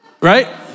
Right